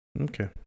Okay